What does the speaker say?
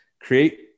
Create